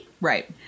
Right